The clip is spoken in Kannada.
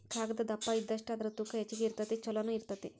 ಕಾಗದಾ ದಪ್ಪ ಇದ್ದಷ್ಟ ಅದರ ತೂಕಾ ಹೆಚಗಿ ಇರತತಿ ಚುಲೊನು ಇರತತಿ